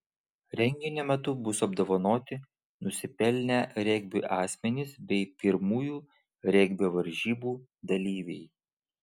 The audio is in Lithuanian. renginio metu bus apdovanoti nusipelnę regbiui asmenys bei pirmųjų regbio varžybų dalyviai